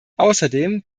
außerdem